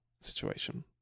situation